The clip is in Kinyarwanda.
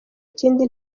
kindi